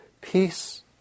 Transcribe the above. peace